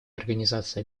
организация